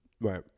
Right